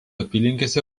apylinkėse